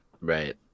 Right